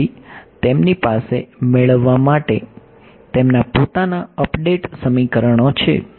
તેથી તેમની પાસે મેળવવા માટે તેમના પોતાના અપડેટ સમીકરણો છે